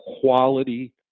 quality